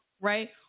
right